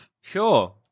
Sure